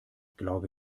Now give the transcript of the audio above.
glaube